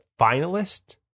finalist